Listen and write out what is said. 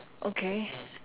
okay